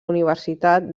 universitat